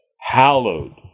hallowed